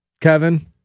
Kevin